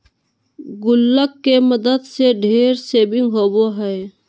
गुल्लक के मदद से ढेर सेविंग होबो हइ